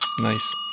Nice